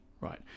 right